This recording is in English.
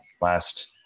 last